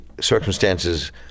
circumstances